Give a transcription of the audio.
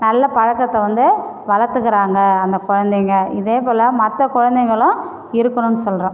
நல்ல பழக்கத்தை வந்து வளர்த்துகிறாங்க அந்த குழந்தைங்க இதேபோல மற்ற குழந்தைங்களும் இருக்கணும்னு சொல்கிறேன்